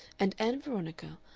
and ann veronica,